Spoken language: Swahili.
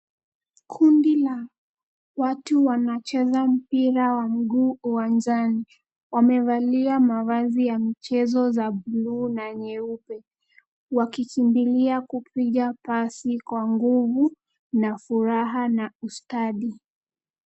Kundi la watu wanacheza mpira wa mguu uwanjani. Wamevalia mavazi ya mchezo za bluu na nyeupe wakikimbilia kupiga pasi kwa nguvu na furaha na ustadi.